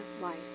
life